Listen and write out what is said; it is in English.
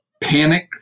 panic